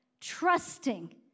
trusting